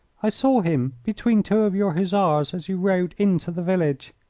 i saw him between two of your hussars as you rode into the village.